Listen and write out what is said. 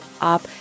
up